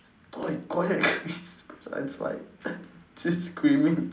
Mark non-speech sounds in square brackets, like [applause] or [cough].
!oi! quiet [laughs] it's like [laughs] just screaming